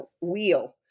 wheel